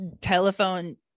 Telephone